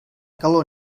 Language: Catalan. calor